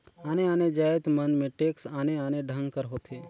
आने आने जाएत मन में टेक्स आने आने ढंग कर होथे